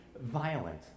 violent